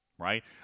right